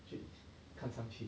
就看上去